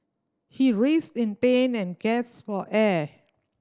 he writhed in pain and gasped for air